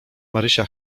marysia